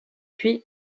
puis